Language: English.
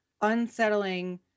unsettling